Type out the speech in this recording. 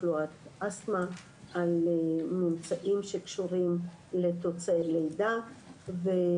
של רשות נחל הקישון זה להפוך את הקישון לנחל שהוא ישרת את הציבור